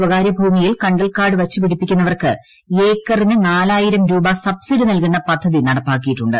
സ്വകാരൃഭൂമിയിൽ കണ്ടൽക്കാട് വച്ചു പിടിപ്പിക്കുന്നവർക്ക് ഏക്കറിന് നാലായിരം രൂപ സബ്സിഡി നൽകുന്ന പദ്ധതി നടപ്പാക്കിയിട്ടുണ്ട്